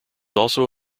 also